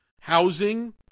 housing